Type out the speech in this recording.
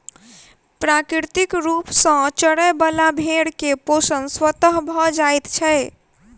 प्राकृतिक रूप सॅ चरय बला भेंड़ के पोषण स्वतः भ जाइत छै